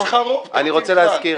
אני רוצה להזכיר,